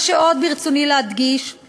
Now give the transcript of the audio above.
מה שעוד ברצוני להדגיש הוא